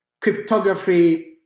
cryptography